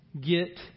get